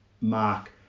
mark